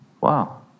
Wow